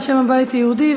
בשם הבית היהודי,